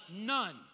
None